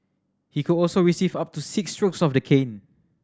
he could also receive up to six strokes of the cane